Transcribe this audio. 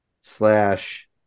slash